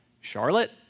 Charlotte